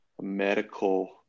medical